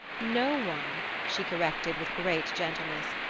no one, she corrected with great gentleness,